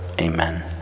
Amen